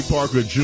Parker